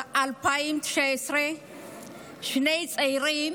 ב-2019 שני צעירים